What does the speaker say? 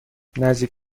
نزدیک